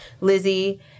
Lizzie